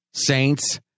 Saints